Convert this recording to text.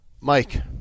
Mike